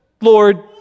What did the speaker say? Lord